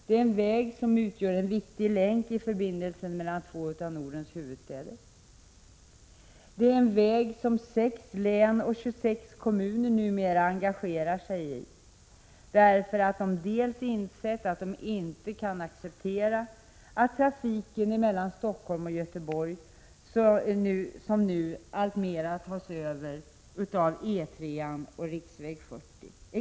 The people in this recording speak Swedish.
Det är en väg som också utgör en viktig länk i förbindelsen mellan två av Nordens huvudstäder. Det är en väg som 6 län och 26 kommuner numera engagerar sig i, därför att de insett att de inte kan acceptera att trafiken mellan Stockholm och Göteborg, liksom nu, alltmer tas över av E 4 och riksväg 40.